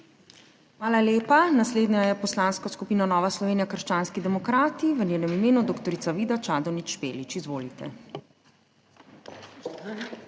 Hvala lepa. Naslednja je Poslanska skupina Nova Slovenija – krščanski demokrati, v njenem imenu dr. Vida Čadonič Špelič. Izvolite.